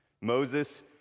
Moses